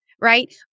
Right